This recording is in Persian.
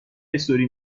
استوری